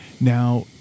Now